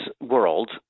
world